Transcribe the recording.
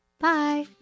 Bye